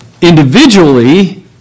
individually